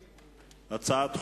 אחד.